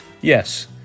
Yes